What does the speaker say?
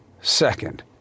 second